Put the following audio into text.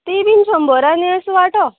ती बीन शंबरांनी असो वांटो